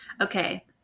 Okay